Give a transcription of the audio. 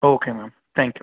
okay ma'am thank you